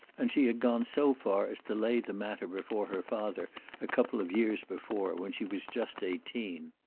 and she had gone so far as to lay the matter before her father a couple of years before, when she was just eighteen.